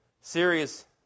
serious